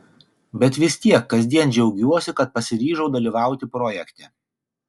bet vis tiek kasdien džiaugiuosi kad pasiryžau dalyvauti projekte